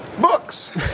books